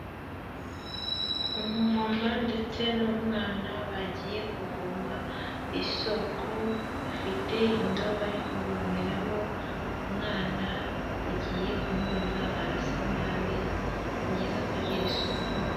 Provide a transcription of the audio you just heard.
Umumama ndetse n'umwana bagiye kuvoma ku isoko, bafite indobo yo kuvomeramo, umwana agiye kumwoza arasa nabi, ni byiza kugira isuku.